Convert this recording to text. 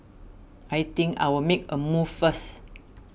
I think I will make a move first